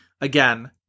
again